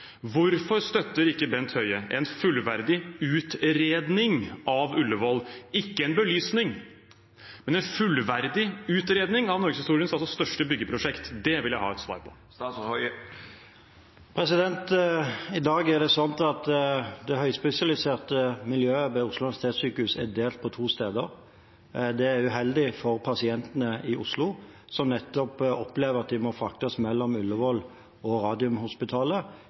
Hvorfor støtter ikke Bent Høie en fullverdig utredning av Ullevål – ikke en belysning, men en fullverdig utredning – av norgeshistoriens største byggeprosjekt? Det vil jeg ha et svar på. I dag er det slik at det høyspesialiserte miljøet ved Oslo universitetssykehus er delt på to steder. Det er uheldig for pasientene i Oslo, som nettopp opplever at de må fraktes mellom Ullevål og Radiumhospitalet